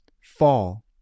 fall